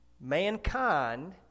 mankind